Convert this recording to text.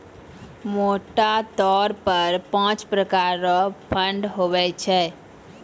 मोटा तौर पर पाँच प्रकार रो फंड हुवै छै